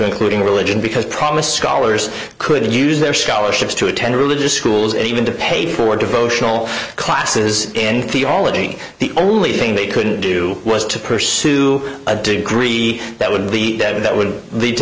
including religion because promised scholars could use their scholarships to attend religious schools and even to pay for devotional classes in theology the only thing they couldn't do was to pursue a degree that would be dead that would lead to